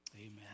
Amen